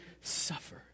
suffer